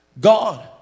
God